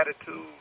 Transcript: attitude